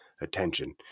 attention